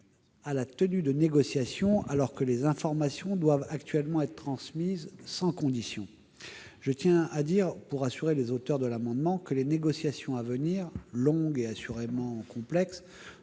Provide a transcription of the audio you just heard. à la tenue de négociations, alors que les informations doivent actuellement être transmises sans condition. Je tiens à dire, pour rassurer les auteurs de l'amendement, que les négociations à venir, longues et assurément complexes,